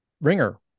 Ringer